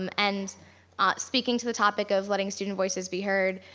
um and ah speaking to the topic of letting student voices be heard,